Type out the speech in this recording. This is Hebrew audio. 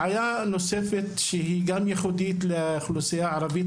בעיה נוספת שהיא גם ייחודית לאוכלוסייה הערבית,